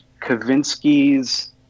Kavinsky's